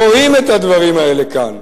קוראים את הדברים האלה כאן,